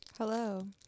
Hello